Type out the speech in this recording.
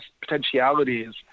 potentialities